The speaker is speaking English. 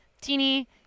teeny